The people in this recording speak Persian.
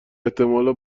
احتمالا